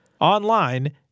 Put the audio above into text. online